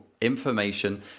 information